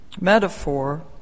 metaphor